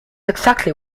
exactly